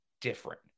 different